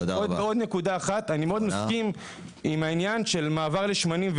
אני מאוד מסכים עם העניין של מעבר לשמנים,